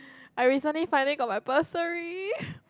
I recently finally got my bursary